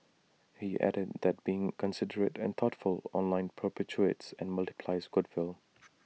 he added that being considerate and thoughtful online perpetuates and multiples goodwill